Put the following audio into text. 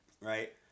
right